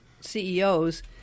CEOs